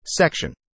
section